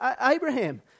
Abraham